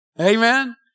Amen